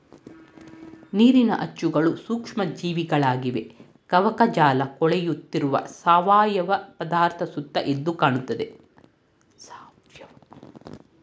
ನೀರಿನ ಅಚ್ಚುಗಳು ಸೂಕ್ಷ್ಮ ಜೀವಿಗಳಾಗಿವೆ ಕವಕಜಾಲಕೊಳೆಯುತ್ತಿರುವ ಸಾವಯವ ಪದಾರ್ಥ ಸುತ್ತ ಎದ್ದುಕಾಣ್ತದೆ